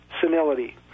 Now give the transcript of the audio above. senility